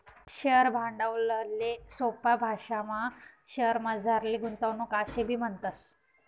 share भांडवलले सोपा भाशामा शेअरमझारली गुंतवणूक आशेबी म्हणतस